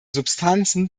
substanzen